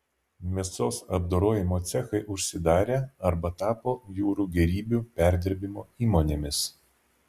mėsos apdorojimo cechai užsidarė arba tapo jūrų gėrybių perdirbimo įmonėmis